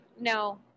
No